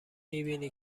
میبینی